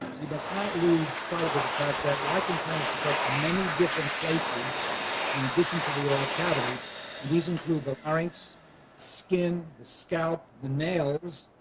we must not lose sight of the fact that lichen planus affects many different places in addition to the oral cavity these include the patient's skin, scalp nails,